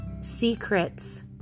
secrets